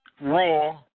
Raw